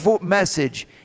message